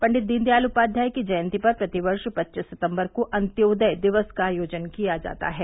पंडित दीनदयाल उपाध्याय की जयंती पर प्रतिवर्ष पच्चीस सितंबर को अन्त्योदय दिवस का आयोजन किया जाता है